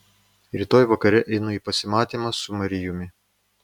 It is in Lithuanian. rytoj vakare einu į pasimatymą su marijumi